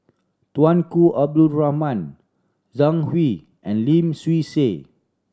Tunku Abdul Rahman Zhang Hui and Lim Swee Say